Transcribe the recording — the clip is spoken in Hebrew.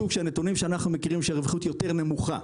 שוב שהנתונים שאנחנו מכירים שהרווחיות יותר נמוכה.